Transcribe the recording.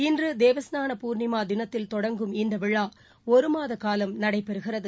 இன்று தேவஸ்நான பூர்ணிமா தினத்தில் தொடங்கும் இந்த விழா ஒரு மாத காலம் நடைபெறுகிறது